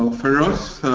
um for us,